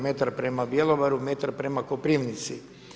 Metar prema Bjelovaru, metar prema Koprivnici.